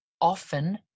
often